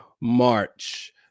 March